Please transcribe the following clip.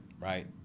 right